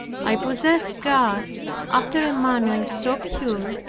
i possessed god after a manner so pure,